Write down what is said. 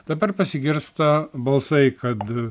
dabar pasigirsta balsai kad